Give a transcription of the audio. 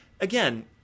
Again